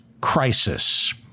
crisis